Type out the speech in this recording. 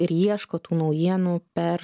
ir ieško tų naujienų per